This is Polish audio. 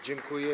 Dziękuję.